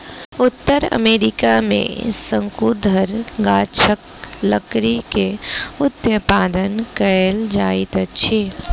उत्तर अमेरिका में शंकुधर गाछक लकड़ी के उत्पादन कायल जाइत अछि